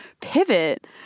pivot